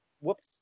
Whoops